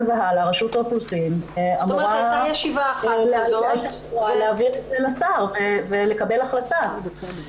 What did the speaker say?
והלאה רשות האוכלוסין אמורה את זה לשר ולקבל החלטה.